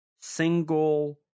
single